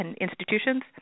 institutions